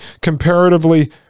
comparatively